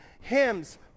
hymns